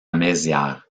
mézières